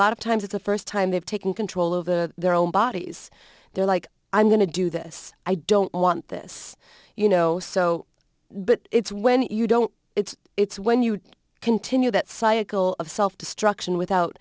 lot of times it's a first time they've taken control of the their own bodies they're like i'm going to do this i don't want this you know so but it's when you don't it's it's when you continue that cycle of self destruction without